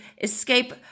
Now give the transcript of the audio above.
escape